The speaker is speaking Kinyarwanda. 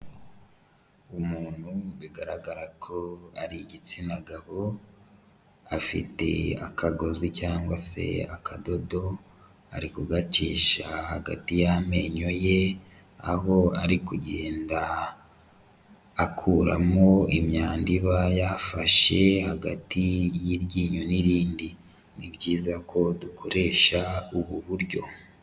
Umuntu bigaragara ko ari igitsina gabo, afite akagozi cyangwa se akadodo ari kugacisha hagati y'amenyo ye, aho ari kugenda akuramo imyanda iba yafashe hagati y'iryinyo n'irindi, ni byiza ko dukoresha ubu buryo.